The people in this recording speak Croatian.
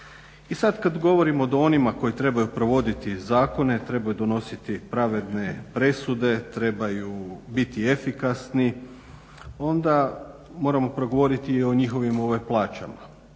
I sad kad govorimo o onima koji trebaju provoditi zakone, trebaju donositi pravedne presude, trebaju biti efikasni, onda moramo progovoriti i o njihovim plaćama,